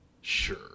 sure